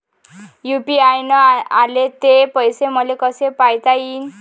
UPI न आले ते पैसे मले कसे पायता येईन?